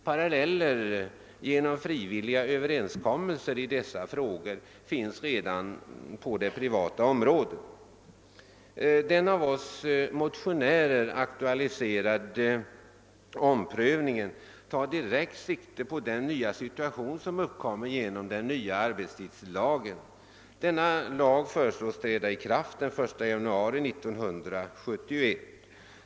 Paralleller genom frivilliga överenskommelser i dessa frågor finns redan på det privata området. Den av oss motionärer aktualiserade omprövningen tar direkt sikte på den nya situation som uppkommer genom den nya arbetstidslagen. Denna lag föreslås träda i kraft den 1 januari 1971.